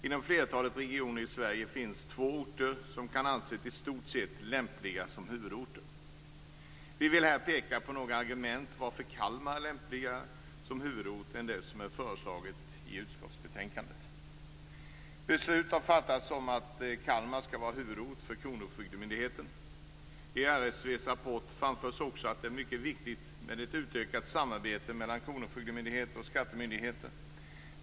Inom flertalet regioner i Sverige finns två orter som kan anses i stort sett lämpliga som huvudorter. Jag vill här peka på några argument till varför Kalmar är lämpligare som huvudort än den som är föreslagen i utskottsbetänkandet. Beslut har fattats om att Kalmar skall vara huvudort för kronofogdemyndigheten. I RSV:s rapport framförs också att det är mycket viktigt med ett utökat samarbete mellan kronofogdemyndigheten och skattemyndigheten.